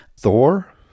thor